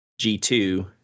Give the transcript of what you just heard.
G2